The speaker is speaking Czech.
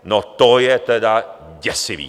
No to je tedy děsivý.